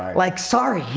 like, sorry,